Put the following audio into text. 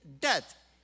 death